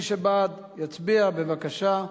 מי שבעד יצביע, בבקשה.